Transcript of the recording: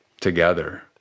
together